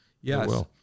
Yes